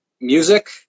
music